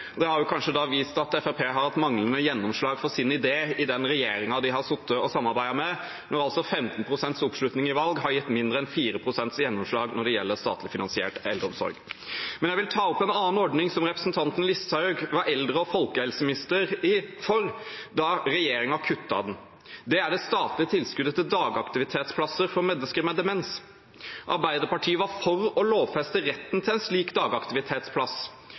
Det har kanskje vist at Fremskrittspartiet har hatt manglende gjennomslag for sine ideer i den regjeringen de har sittet i og samarbeidet med, når 15 pst. oppslutning i valg har gitt mindre enn 4 pst. gjennomslag når det gjelder statlig finansiert eldreomsorg. Men jeg vil ta opp en annen ordning som representanten Listhaug var eldre- og folkehelseminister for da regjeringen kuttet den. Det er det statlige tilskuddet til dagaktivitetsplasser for mennesker med demens. Arbeiderpartiet var for å lovfeste retten til en slik dagaktivitetsplass.